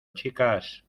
chicas